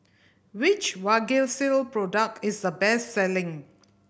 which Vagisil product is the best selling